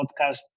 podcast